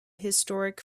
historic